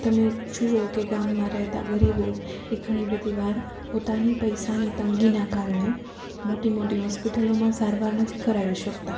તમે જુઓ કે ગામમાં રહેતા ગરીબો એ ઘણી બધી વાર પોતાની પૈસાની તંગીના કારણે મોટી મોટી હોસ્પિટલોમાં સારવાર નથી કરવી શકતા